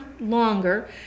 longer